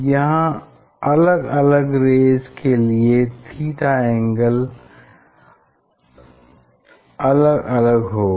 यहाँ अलग अलग रेज़ के लिए थीटा अलग अलग होगा